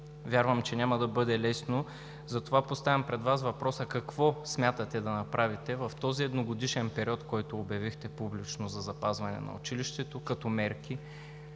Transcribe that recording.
Вярвам, че няма да бъде лесно. Затова поставям пред Вас въпроса: какво смятате да направите като мерки в този едногодишен период, който обявихте публично, за запазване на училището? Какво